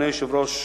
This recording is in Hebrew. אדוני היושב-ראש,